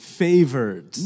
favored